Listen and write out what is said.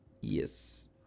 Yes